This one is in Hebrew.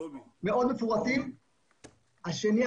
השני,